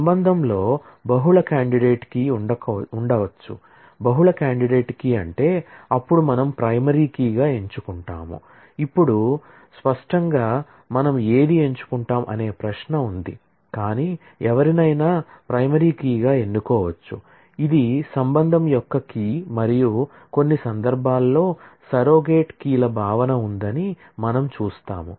relation లో బహుళ candidate key ఉండవచ్చు బహుళ కాండిడేట్ కీ ఉంటే అప్పుడు మనం ప్రైమరీ కీ కీల భావన ఉందని మనం చూస్తాము